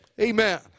Amen